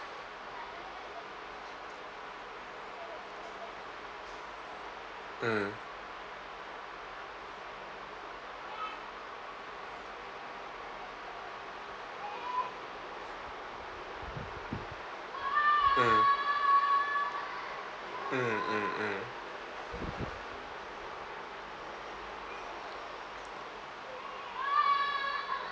mm mm mm mm